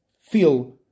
feel